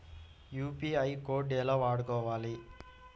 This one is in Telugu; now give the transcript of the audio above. యూ.పీ.ఐ కోడ్ ఎలా వాడుకోవాలి?